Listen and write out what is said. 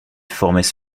formaient